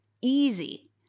easy